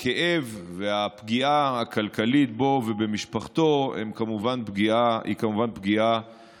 הכאב והפגיעה הכלכלית בו ובמשפחתו הם כמובן פגיעה עצומה.